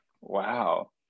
wow